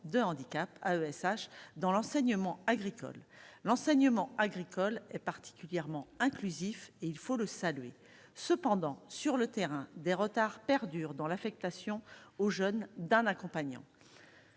de handicap AESH dans l'enseignement agricole : l'enseignement agricole est particulièrement inclusif et il faut le saluer cependant sur le terrain des retards perdurent dans l'affectation aux jeunes d'un accompagnant.